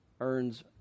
earns